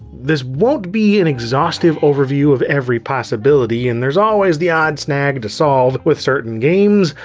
this won't be an exhaustive overview of every possibility, and there's always the odd snag to solve with certain games,